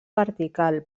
vertical